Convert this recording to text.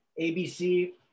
abc